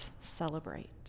Celebrate